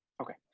okay